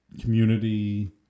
community